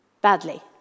badly